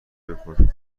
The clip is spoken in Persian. بکن